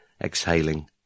exhaling